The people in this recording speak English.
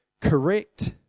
correct